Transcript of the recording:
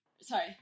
sorry